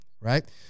right